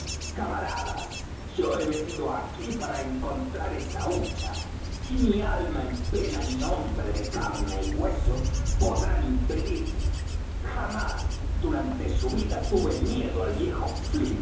camaradas yo he venido aquí para encontrar esa hucha y ni alma en pena ni hombre de carne y hueso podrán impedírmelo jamás durante su vida tuve miedo al viejo